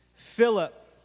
Philip